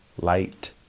light